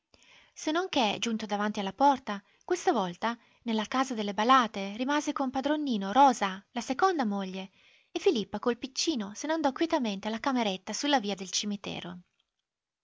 non che giunti davanti alla porta questa volta nella casa delle balàte rimase con padron nino rosa la seconda moglie e filippa col piccino se n'andò quietamente alla cameretta sulla via del cimitero